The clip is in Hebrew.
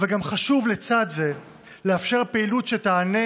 אבל גם חשוב לצד זה לאפשר פעילות שתענה